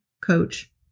coach